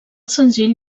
senzill